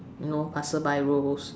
you know passer by roles